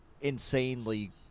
insanely